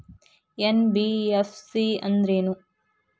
NBFC ಅಂದ್ರೇನು?